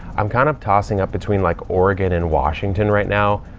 i'm kind of tossing up between like oregon and washington right now.